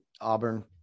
Auburn